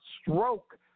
stroke